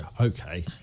okay